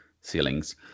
ceilings